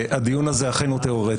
הדיון הזה הוא אכן תיאורטי.